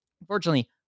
Unfortunately